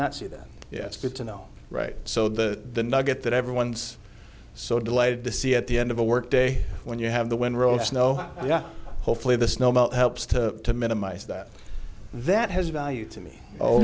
not see that yes good to know right so the nugget that everyone's so delighted to see at the end of a work day when you have the wind road snow yeah hopefully the snow melt helps to minimize that that has value to me oh